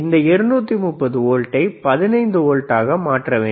இந்த 230 வோல்ட்டை 15 வோல்ட்டாக மாற்றுகிறேன்